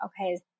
okay